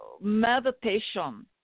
meditation